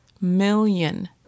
million